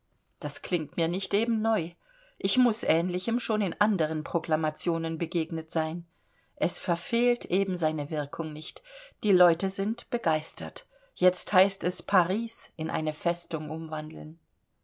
das klingt mir nicht eben neu ich muß ähnlichem schon in anderen proklamationen begegnet sein es verfehlt eben seine wirkung nicht die leute sind begeistert jetzt heißt es paris in eine festung umwandeln